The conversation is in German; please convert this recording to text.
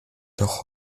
doch